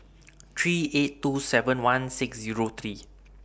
three eight two seven one six Zero three